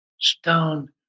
stone